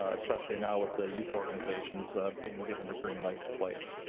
especially now with the youth organizations being given the green light to play.